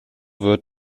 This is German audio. wird